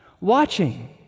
watching